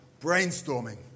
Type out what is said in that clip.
brainstorming